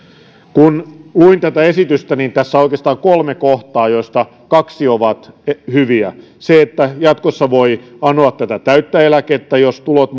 kun luin tätä esitystä niin tässä on oikeastaan kolme kohtaa joista kaksi ovat hyviä se että jatkossa voi anoa täyttä eläkettä jos tulot